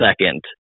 second